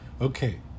okay